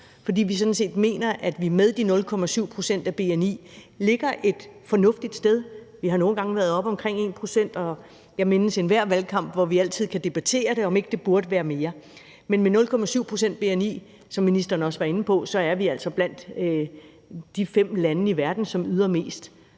for vi mener sådan set, at vi med de 0,7 pct. af bni ligger et fornuftigt sted. Vi har nogle gange været oppe omkring 1 pct., og jeg mindes enhver valgkamp, hvor vi altid kan debattere, om ikke det burde være mere. Men med 0,7 pct. af bni, som ministeren også var inde på, er vi altså blandt de fem lande i verden, som yder mest.